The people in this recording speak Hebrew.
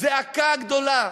זעקה גדולה.